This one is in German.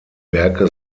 werke